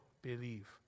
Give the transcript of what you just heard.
Believe